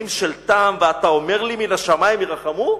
של טעם ואתה אומר לי 'מן השמים ירחמו'?